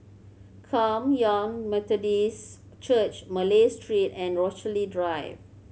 Kum Yan Methodist Church Malay Street and Rochalie Drive